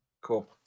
Cool